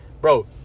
bro